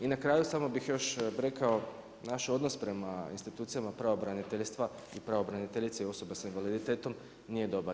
I na kraju samo bih još rekao, naš odnos prema institucijama pravobraniteljstva i pravobraniteljice i osoba s invaliditetom nije dobar.